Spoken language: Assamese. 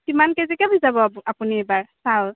কিমান কেজিকে ভিজাব আপুনি আপুনি এইবাৰ চাউল